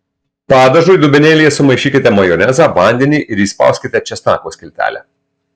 padažui dubenėlyje sumaišykite majonezą vandenį ir įspauskite česnako skiltelę